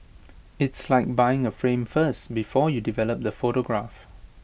it's like buying A frame first before you develop the photograph